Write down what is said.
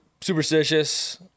superstitious